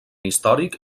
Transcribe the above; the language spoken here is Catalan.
històric